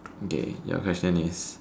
okay your question is